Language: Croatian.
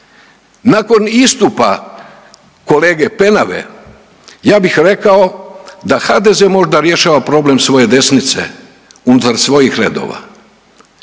Nakon istupa kolege Penave, ja bih rekao da HDZ možda rješava problem svoje desnice, unutar svojih redova.